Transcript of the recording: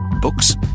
Books